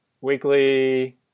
weekly